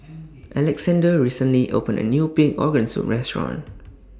Alexandr recently opened A New Pig Organ Soup Restaurant